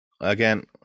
again